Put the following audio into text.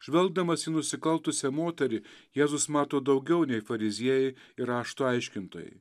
žvelgdamas į nusikaltusią moterį jėzus mato daugiau nei fariziejai ir rašto aiškintojai